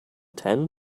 ten